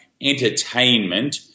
entertainment